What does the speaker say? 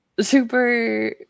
super